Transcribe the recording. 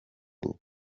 ubu